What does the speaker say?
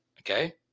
Okay